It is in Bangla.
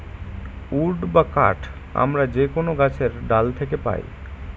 উড বা কাঠ আমরা যে কোনো গাছের ডাল থাকে পাই